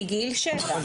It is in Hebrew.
נכון מגיל שבע.